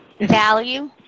Value